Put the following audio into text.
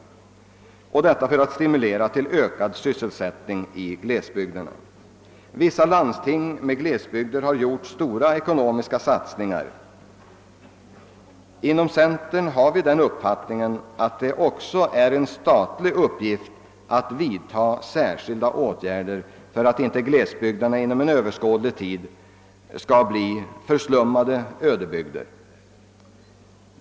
Vi har gjort det för att stimulera till en ökad sysselsättning i glesbygderna. Vissa landsting med glesbygder har också gjort stora ekonomiska satsningar. Inom centern har vi den uppfattningen, att det också är en statlig uppgift att vidta sådana åtgärder för att inte glesbygderna inom överskådlig tid skall förslummas till ödebygder.